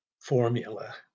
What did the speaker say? formula